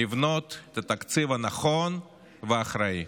לבנות תקציב נכון ואחראי.